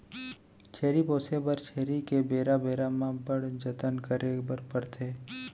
छेरी पोसे बर छेरी के बेरा बेरा म बड़ जतन करे बर परथे